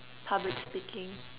public speaking